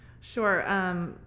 Sure